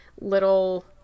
little